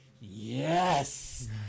yes